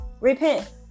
Repent